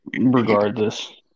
regardless